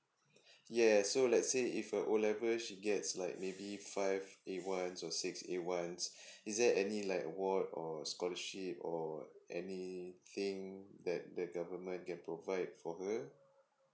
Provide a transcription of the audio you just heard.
yes so let's say if her O level she gets like maybe five a one or six a one is there any like award or scholarship or anything that the government can provide for her